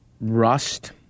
rust